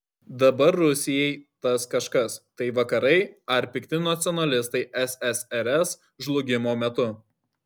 dabar rusijai tas kažkas tai vakarai ar pikti nacionalistai ssrs žlugimo metu